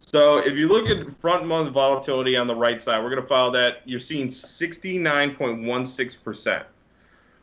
so if you look at front month volatility on the right side, we're going to follow that. you're seeing sixty nine point one six.